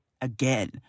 again